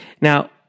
Now